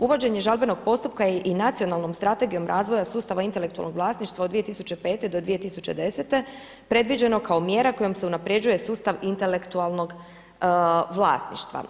Uvođenje žalbenog postupka i Nacionalnom strategijom razvoja sustava intelektualnog vlasništva od 2005. do 2010. predviđeno kao mjera kojom se unapređuje sustav intelektualnog vlasništva.